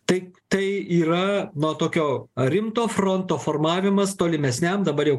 tai tai yra na tokio rimto fronto formavimas tolimesniam dabar jau